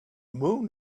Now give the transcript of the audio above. moon